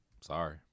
sorry